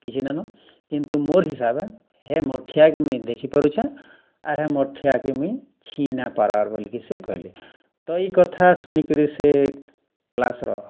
କିଛି ନାଇ ନ କିନ୍ତୁ ମୋର୍ ହିସାବେ ହେ ମଠିଆକେ ମୁଇଁ ଦେଖିପାରୁଛେଁ ଆର୍ ହେ ମଠିଆକେ ମୁଇଁ ଛିଁ ନାଇ ପାର୍ବାର୍ ବୋଲିକିରି ସେ କହେଲେ ତ ଇ କଥା ଶୁଣିକିରି ସେ କ୍ଲାସ୍ର